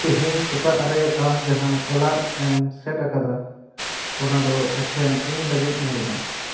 ᱛᱮᱦᱮᱧ ᱥᱮᱛᱟᱜ ᱨᱮ ᱟᱢ ᱡᱟᱦᱟᱸ ᱮᱞᱟᱨᱢ ᱮᱢ ᱥᱮᱴ ᱟᱠᱟᱫᱟ ᱚᱱᱟ ᱫᱚ ᱮᱠᱷᱮᱱ ᱤᱧ ᱞᱟᱹᱜᱤᱫ ᱧᱮᱞᱢᱮ